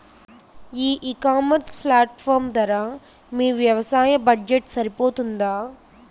ఈ ecommerce platform ధర మీ వ్యవసాయ బడ్జెట్ సరిపోతుందా?